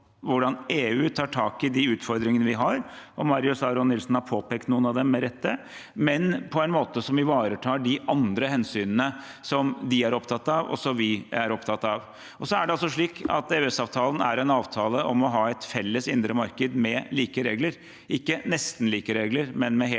hvordan EU tar tak i de utfordringene vi har – og Marius Arion Nilsen har påpekt noen av dem med rette – men på en måte som ivaretar de andre hensynene som de og også vi er opptatt av. EØS-avtalen er altså en avtale om å ha et felles indre marked med like regler – ikke nesten like regler, men med helt like